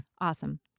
awesome